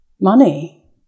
money